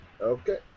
Okay